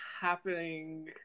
happening